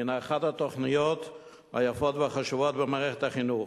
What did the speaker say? הינה אחת התוכניות היפות והחשובות במערכת החינוך.